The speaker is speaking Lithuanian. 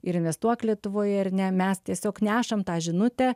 ir investuok lietuvoje ar ne mes tiesiog nešame tą žinutę